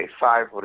five-